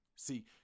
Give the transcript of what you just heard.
See